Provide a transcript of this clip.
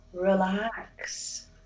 relax